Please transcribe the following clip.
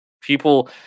people